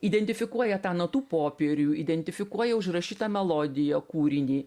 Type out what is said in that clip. identifikuoja tą natų popierių identifikuoja užrašytą melodiją kūrinį